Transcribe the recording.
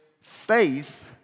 faith